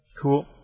Cool